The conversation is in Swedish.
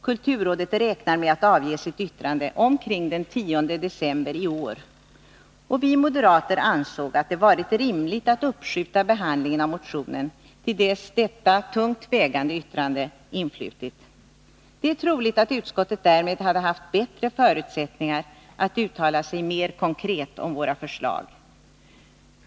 Kulturrådet räknar med att avge sitt yttrande omkring den 10 december i år, och vi moderater ansåg att det hade varit rimligt att uppskjuta behandlingen av motionen till dess detta tungt vägande yttrande influtit. Det är troligt att utskottet därmed hade haft bättre förutsättningar att uttala sig mer konkret om våra förslag.